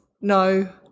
no